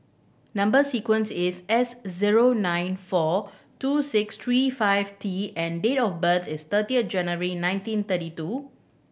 number sequence is S zero nine four two six three five T and date of birth is thirty of January nineteen thirty two